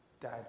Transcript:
Dad